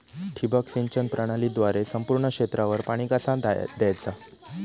ठिबक सिंचन प्रणालीद्वारे संपूर्ण क्षेत्रावर पाणी कसा दयाचा?